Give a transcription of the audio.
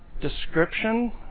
Description